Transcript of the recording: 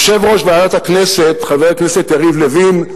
יושב-ראש ועדת הכנסת, חבר הכנסת יריב לוין,